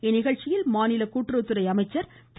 இந்நிகழ்ச்சியில் மாநில கூட்டுறவுத்துறை அமைச்சர் திரு